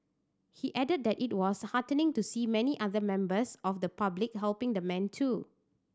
he added that it was heartening to see many other members of the public helping the man too